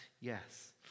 Yes